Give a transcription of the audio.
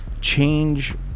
change